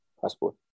passport